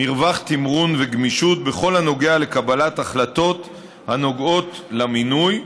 מרווח תמרון וגמישות בכל הנוגע לקבלת החלטות הנוגעות למינוי,